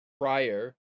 prior